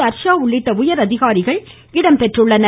ஹர்ஷா உள்ளிட்ட உயர்அதிகாரிகள் இடம்பெற்றுள்ளனர்